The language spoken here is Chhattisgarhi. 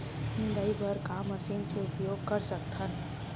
निंदाई बर का मशीन के उपयोग कर सकथन?